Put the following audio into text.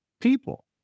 people